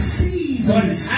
seasons